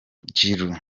giroud